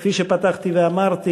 שכפי שפתחתי ואמרתי